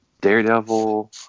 Daredevil